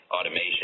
automation